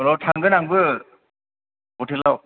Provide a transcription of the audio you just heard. र' थांगोन आंबो हथेलाव